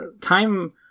Time